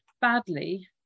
badly